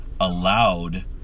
allowed